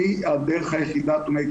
if its working don’t fix it.